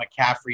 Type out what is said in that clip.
McCaffrey